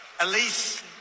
Elise